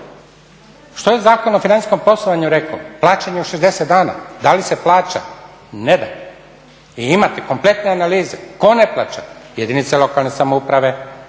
Što je Zakon o financijskom poslovanju rekao o plaćanju od 60 dana? Da li se plaća? Ne. I imate kompletne analize tko ne plaća. Jedinice lokalne samouprave,